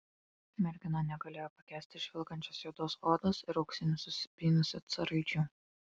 mergina negalėjo pakęsti žvilgančios juodos odos ir auksinių susipynusių c raidžių